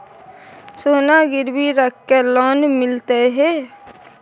सोना गिरवी रख के लोन मिलते है?